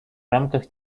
рамках